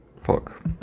fuck